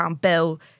bill